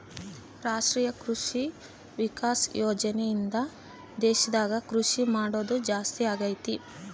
ರಾಷ್ಟ್ರೀಯ ಕೃಷಿ ವಿಕಾಸ ಯೋಜನೆ ಇಂದ ದೇಶದಾಗ ಕೃಷಿ ಮಾಡೋದು ಜಾಸ್ತಿ ಅಗೈತಿ